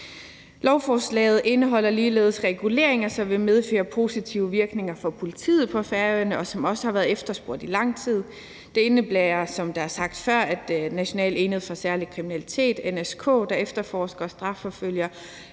Lovforslaget indeholder ligeledes reguleringer, som vil medføre positive virkninger for politiet på Færøerne, og som også har været efterspurgt i lang tid. Det indebærer, som det er blevet sagt før, at National Enhed for Særlig Kriminalitet, NSK, der efterforsker og strafforfølger